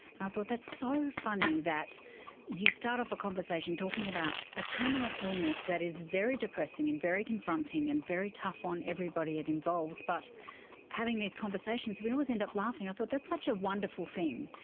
and i thought that's so funny, that you start off a conversation talking about a terminal illness that is very depressing and very confronting and very tough on everybody it involves, but having these conversations we always end up laughing. i thought that such a wonderful thing,